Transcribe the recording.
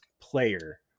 player